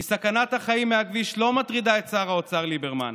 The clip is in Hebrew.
כי סכנת החיים מהכביש לא מטרידה את שר האוצר ליברמן,